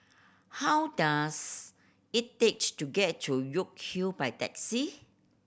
how does it take to get to York Hill by taxi